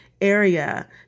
area